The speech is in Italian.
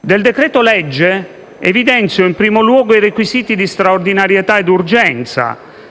Del decreto-legge evidenzio in primo luogo i requisiti di straordinarietà e di urgenza,